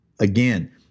Again